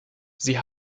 sie